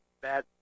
bad